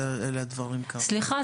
סליחה,